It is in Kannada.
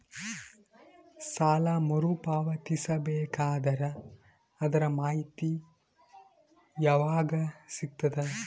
ಸಾಲ ಮರು ಪಾವತಿಸಬೇಕಾದರ ಅದರ್ ಮಾಹಿತಿ ಯವಾಗ ಸಿಗತದ?